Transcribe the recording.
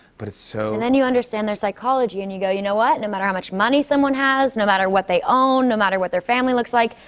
but so then you understand their psychology, and you go, you know what? no matter how much money someone has, no matter what they own, no matter what their family looks like,